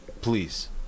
please